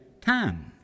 time